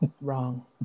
Wrong